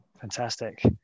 Fantastic